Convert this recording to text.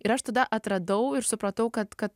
ir aš tada atradau ir supratau kad kad